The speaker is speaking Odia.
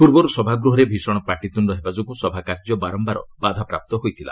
ପୂର୍ବରୁ ସଭାଗୃହରେ ଭୀଷଣ ପାଟିତୁଣ୍ଡ ହେବାଯୋଗୁଁ ସଭା କାର୍ଯ୍ୟ ବାରମ୍ଭାର ବାଧାପ୍ରାପ୍ତ ହୋଇଥିଲା